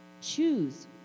Choose